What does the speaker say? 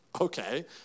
okay